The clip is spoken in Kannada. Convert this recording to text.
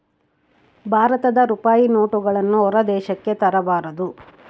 ಭಾರತದ ರೂಪಾಯಿ ನೋಟುಗಳನ್ನು ಹೊರ ದೇಶಕ್ಕೆ ತರಬಾರದು